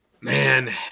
Man